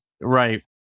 right